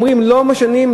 ואומרים: לא משנים,